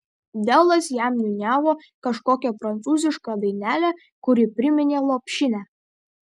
delas jam niūniavo kažkokią prancūzišką dainelę kuri priminė lopšinę